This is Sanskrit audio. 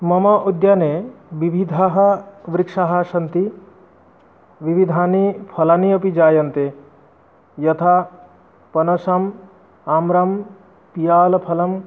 मम उद्याने विविधाः वृक्षाः सन्ति विविधानि फलानि अपि जायन्ते यथा पनसम् आम्रं पियालफलं